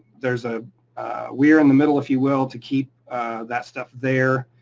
there's a weir in the middle, if you will, to keep that stuff there,